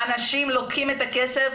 אנשים לוקחים את הכסף,